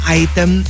item